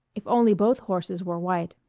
if only both horses were white.